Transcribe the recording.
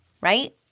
right